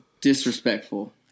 Disrespectful